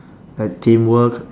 like teamwork